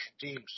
teams